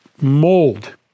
mold